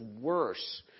worse